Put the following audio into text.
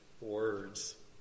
words